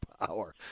power